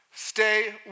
Stay